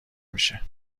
میشه